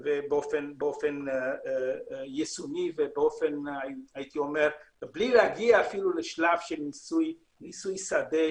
ובאופן יישומי בלי להגיע אפילו לשלב של ניסוי שדה,